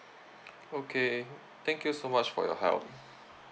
okay thank you so much for your help